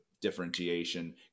differentiation